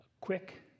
quick